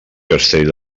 castell